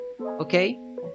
Okay